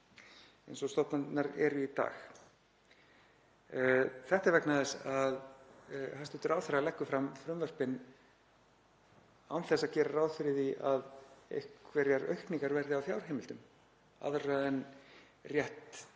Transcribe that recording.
eins og stofnanirnar eru í dag. Þetta er vegna þess að hæstv. ráðherra leggur fram frumvörpin án þess að gera ráð fyrir því að einhverjar aukningar verði á fjárheimildum aðrar en rétt,